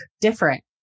different